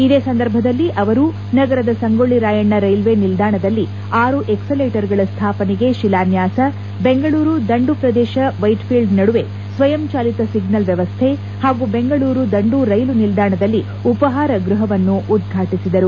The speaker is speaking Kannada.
ಇದೇ ಸಂದರ್ಭದಲ್ಲಿ ಅವರು ನಗರದ ಸಂಗೊಳ್ಳಿ ರಾಯಣ್ಣ ರೈಲ್ವೆ ನಿಲ್ದಾಣದಲ್ಲಿ ಆರು ಎಕ್ಸಲೇಟರ್ಗಳ ಸ್ಥಾಪನೆಗೆ ಶಿಲಾನ್ಥಾಸ ಬೆಂಗಳೂರು ದಂಡು ಪ್ರದೇಶ ವೈಟ್ಫೀಲ್ಡ್ ನಡುವೆ ಸ್ವಯಂಚಾಲಿತ ಸಿಗ್ನಲ್ ವ್ಯವಸ್ಥೆ ಹಾಗೂ ಬೆಂಗಳೂರು ದಂಡು ರೈಲು ನಿಲ್ದಾಣದಲ್ಲಿ ಉಪಾಹಾರ ಗೃಹವನ್ನು ಉದ್ಘಾಟಿಸಿದರು